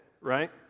right